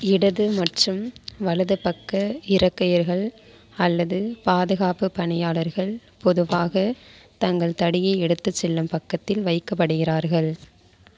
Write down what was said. இடது மற்றும் வலது பக்க இறக்கையர்கள் அல்லது பாதுகாப்பு பணியாளர்கள் பொதுவாக தங்கள் தடியை எடுத்துச் செல்லும் பக்கத்தில் வைக்கப்படுகிறார்கள்